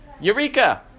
Eureka